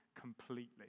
completely